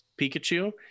pikachu